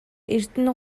эрдэнэ